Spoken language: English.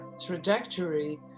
trajectory